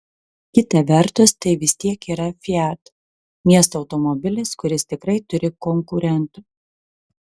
kita vertus tai vis tiek yra fiat miesto automobilis kuris tikrai turi konkurentų